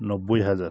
নব্বই হাজার